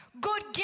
Good